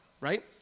right